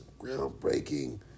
groundbreaking